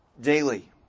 daily